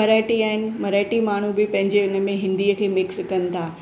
मराठी आहिनि मराठी माण्हू बि पंहिंजे हुनमें हिंदीअ खे मिक्स कनि था